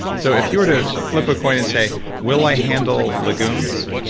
so if you're to flip a coin and say will i handle legumes?